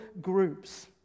groups